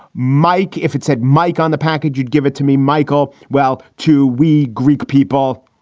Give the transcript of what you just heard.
mike, if it said mike on the package, you'd give it to me. michael. well, to we. greek people.